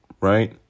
right